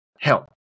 help